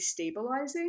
destabilizing